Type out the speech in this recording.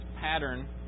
pattern